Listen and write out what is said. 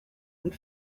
and